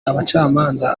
abacamanza